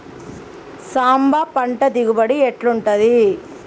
సాంబ పంట దిగుబడి ఎట్లుంటది?